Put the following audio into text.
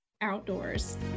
outdoors